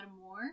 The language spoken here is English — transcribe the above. more